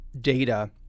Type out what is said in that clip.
data